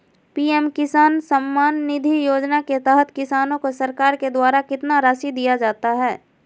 PM Kisan Samman Nidhi योजना के तहत किसान को सरकार के द्वारा कितना रासि दिया जाता है?